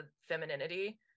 femininity